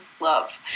Love